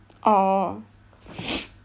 orh